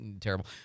terrible